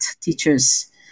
teachers